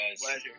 Pleasure